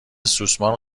سوسمار